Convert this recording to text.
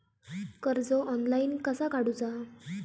कर्ज ऑनलाइन कसा काडूचा?